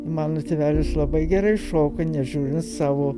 mano tėvelis labai gerai šoka nežiūrint savo